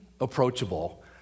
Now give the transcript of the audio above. approachable